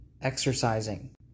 exercising